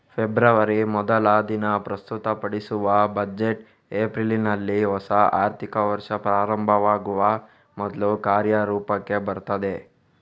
February ಮೊದಲ ದಿನ ಪ್ರಸ್ತುತಪಡಿಸುವ ಬಜೆಟ್ ಏಪ್ರಿಲಿನಲ್ಲಿ ಹೊಸ ಆರ್ಥಿಕ ವರ್ಷ ಪ್ರಾರಂಭವಾಗುವ ಮೊದ್ಲು ಕಾರ್ಯರೂಪಕ್ಕೆ ಬರ್ತದೆ